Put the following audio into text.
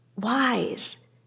wise